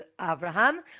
Abraham